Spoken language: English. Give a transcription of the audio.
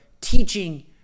teaching